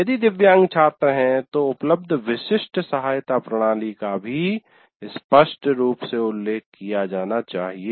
यदि दिव्यांग छात्र हैं तो उपलब्ध "विशिष्ट सहायता प्रणाली" का भी स्पष्ट रूप से उल्लेख किया जाना चाहिए